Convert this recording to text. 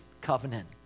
covenant